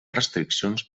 restriccions